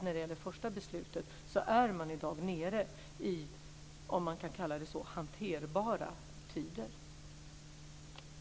När det gäller det första beslutet är man i dag nere i hanterbara tider, om man kan kalla det så.